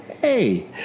Hey